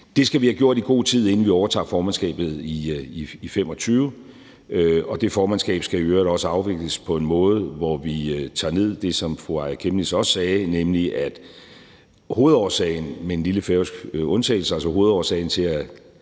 Det skal vi have gjort i god tid, inden vi overtager formandskabet i 2025, og det formandskab skal i øvrigt også afvikles på en måde, hvor vi tager det ned, som fru Aaja Chemnitz også sagde, nemlig at hovedårsagen – med en lille færøsk undtagelse – til, at